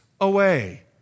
away